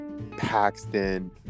paxton